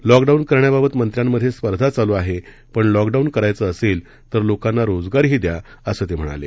lockdown करण्याबाबत मंत्र्यामधे स्पर्धा चालू आहे पण लॉकडाऊन करायचं असेल तर लोकांना रोजगारही द्या असं ते म्हणाले